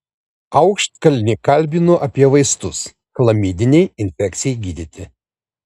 aukštkalnį kalbinu apie vaistus chlamidinei infekcijai gydyti